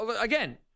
again